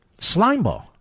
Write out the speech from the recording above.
Slimeball